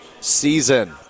season